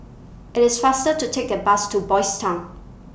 IT IS faster to Take The Bus to Boys' Town